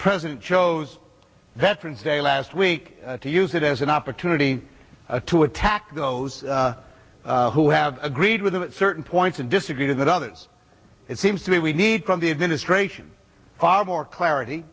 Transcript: president chose veteran's day last week to use it as an opportunity to attack those who have agreed with him at certain points in disagree that others it seems to me we need from the administration far more clarity